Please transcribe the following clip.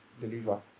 deliver